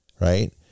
right